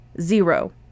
Zero